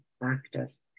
practice